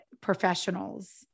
professionals